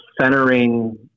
centering